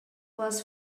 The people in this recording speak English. was